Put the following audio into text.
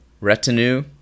retinue